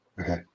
Okay